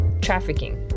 Trafficking